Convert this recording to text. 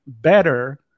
better